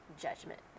judgment